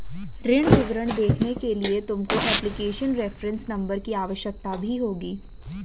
ऋण विवरण देखने के लिए तुमको एप्लीकेशन रेफरेंस नंबर की आवश्यकता भी होगी